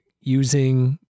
using